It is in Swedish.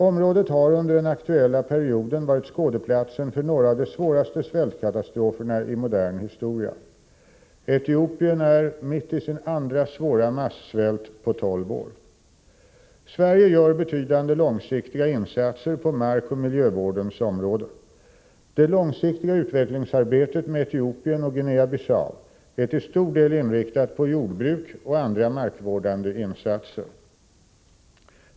Området har under den aktuella perioden varit skådeplatsen för några av de svåraste svältkatastroferna i modern historia. Etiopien är mitt i sin andra svåra massvält på tolv år. Sverige gör betydande långsiktiga insatser på markoch miljövårdens område. Det långsiktiga utvecklingssamarbetet med Etiopien och Guinea-Bissau är till stor del inriktat på jordbruk och andra markvårdande insatser.